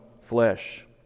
flesh